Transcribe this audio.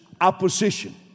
opposition